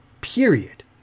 Period